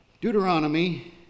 Deuteronomy